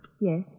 Yes